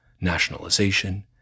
nationalization